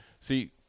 See